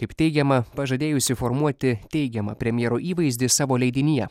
kaip teigiama pažadėjusį formuoti teigiamą premjero įvaizdį savo leidinyje